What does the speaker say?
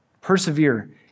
Persevere